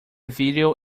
video